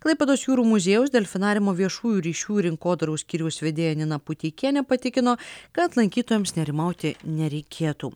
klaipėdos jūrų muziejaus delfinariumo viešųjų ryšių rinkodaros skyriaus vedėja nina puteikienė patikino kad lankytojams nerimauti nereikėtų